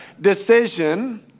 decision